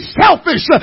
selfish